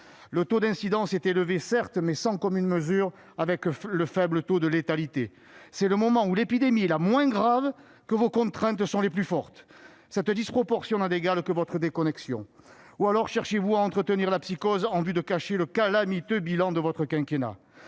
le taux d'incidence est certes élevé, mais il reste sans commune mesure avec le faible taux de létalité. C'est au moment où l'épidémie est la moins grave que vos contraintes sont les plus fortes. Cette disproportion n'a d'égale que votre déconnexion. Ou alors, vous cherchez à entretenir la psychose en vue de cacher le calamiteux bilan de votre quinquennat.